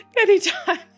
Anytime